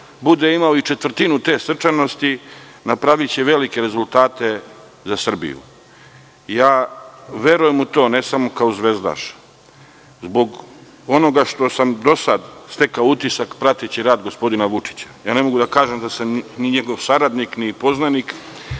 bude imao i četvrtinu te srčanosti, napraviće velike rezultate za Srbiju. Verujem u to, ne samo kao zvezdaš, već zbog onoga što sam do sada stekao utisak prateći rad gospodina Vučića. Ne mogu da kažem ni da sam njegov saradnik, ni poznanik,